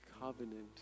covenant